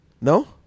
No